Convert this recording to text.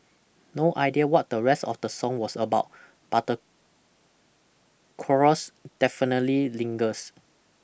no idea what the rest of the song was about but the chorus definitely lingers